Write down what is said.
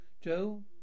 Joe